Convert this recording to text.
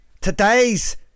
Today's